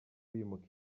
bimuka